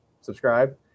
Subscribe